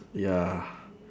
ya